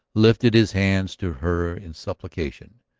lifted his hands to her in supplication,